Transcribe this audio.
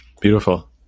Beautiful